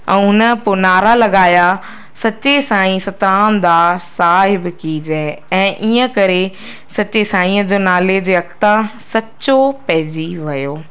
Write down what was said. ऐं हुन जा पोइ नारा लॻाया सच्चे साई सतराम दास साहिब कि जय ऐं ईअं करे सच्चे साईंअ जो नाले जे अॻिता सच्चो पइजी वियो